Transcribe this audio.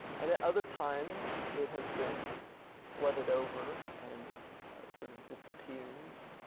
and at other times it has been flooded over and sort of disappears.